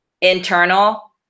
internal